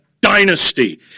dynasty